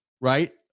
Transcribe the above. Right